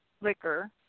liquor